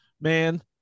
man